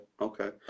okay